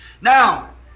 Now